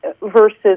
versus